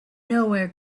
nowhere